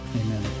amen